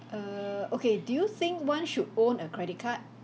err okay do you think one should own a credit card